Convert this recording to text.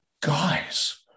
guys